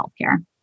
healthcare